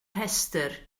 rhestr